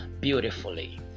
beautifully